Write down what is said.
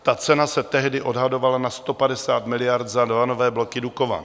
Ta cena se tehdy odhadovala na 150 miliard za dva nové bloky Dukovan.